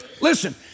Listen